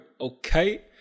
Okay